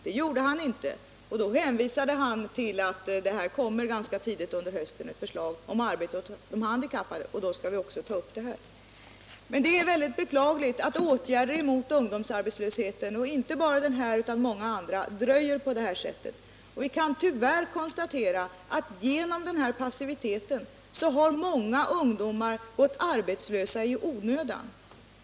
Det gjorde han inte, utan då hänvisade han till att det ganska tidigt under hösten skulle komma ett förslag om arbete åt de handikappade och att dessa frågor skulle tas upp i det sammanhanget. Det är väldigt beklagligt att åtgärder för att motverka ungdomsarbetslösheten — inte bara den åtgärd som nu diskuteras, utan också många andra — fördröjs på detta sätt. Vi kan tyvärr konstatera att många ungdomar har gått arbetslösa i onödan genom denna passivitet.